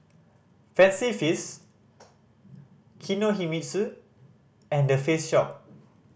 Fancy Feast Kinohimitsu and The Face Shop